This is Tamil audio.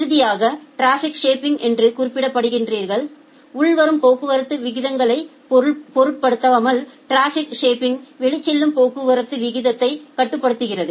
இறுதியாக டிராபிக் ஷேப்பிங் என்று குறிப்பிடுகிறீர்கள் உள்வரும் போக்குவரத்து விகிதங்களைப் பொருட்படுத்தாமல் டிராபிக் ஷேப்பிங் வெளிச்செல்லும் போக்குவரத்து வீதத்தைக் கட்டுப்படுத்துகிறது